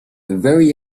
very